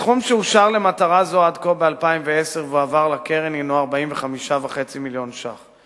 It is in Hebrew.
הסכום שאושר למטרה זו עד כה ב-2010 והועבר לקרן הוא 45.5 מיליון שקלים.